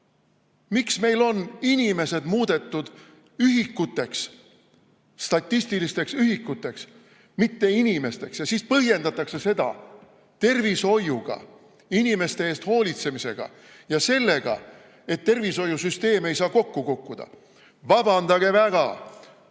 Miks meil on inimesed muudetud ühikuteks, statistilisteks ühikuteks, mitte inimesteks? Siis põhjendatakse seda tervishoiuga, inimeste eest hoolitsemisega ja sellega, et tervishoiusüsteem ei saa kokku kukkuda. Vabandage väga!